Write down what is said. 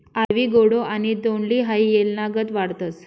आइवी गौडो आणि तोंडली हाई येलनागत वाढतस